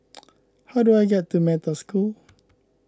how do I get to Metta School